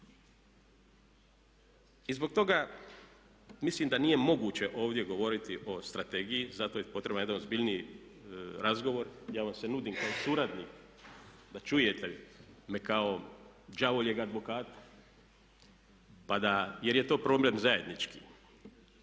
I zbog toga mislim da nije moguće ovdje govoriti o strategiji zato je potreban jedan ozbiljniji razgovor, ja vam se nudim kao suradnik da čujete me kao đavoljeg advokata pa da, jer je to problem zajednički.